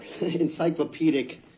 encyclopedic